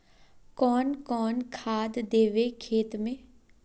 कौन कौन खाद देवे खेत में?